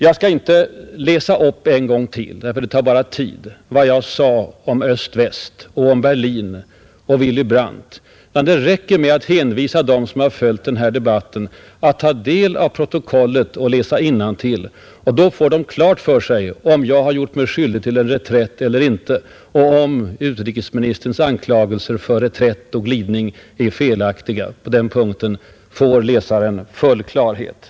Jag skall inte en gång till läsa upp — det tar bara tid — vad jag sade om öst—väst, om Berlin och om Willy Brandt. Det räcker med att hänvisa dem som har följt debatten att läsa innantill i protokollet. Då får de klart för sig om jag har gjort mig skyldig till en reträtt eller inte och att utrikesministerns anklagelser för reträtt och glidning är felaktiga. På den punkten får läsaren full klarhet.